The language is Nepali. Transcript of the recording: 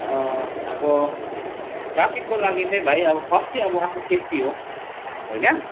अब ट्राफिकको लागि चाहिँ भाइ अब फर्स्ट चाहिँ आबो आफ्नो सेफ्टी हो होइन